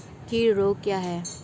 कीट रोग क्या है?